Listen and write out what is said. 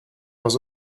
was